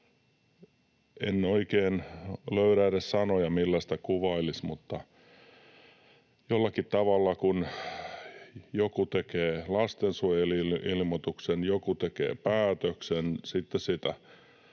En oikein löydä edes sanoja, millä sitä kuvailisi, mutta jollakin tavalla, kun joku tekee lastensuojeluilmoituksen, joku tekee päätöksen,